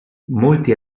molti